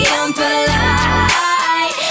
impolite